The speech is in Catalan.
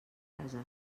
brasa